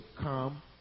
come